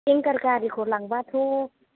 विंगार गारिखौ लांबाथ'